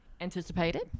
anticipated